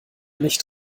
nicht